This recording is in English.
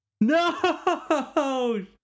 no